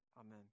Amen